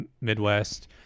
Midwest